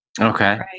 Okay